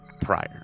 prior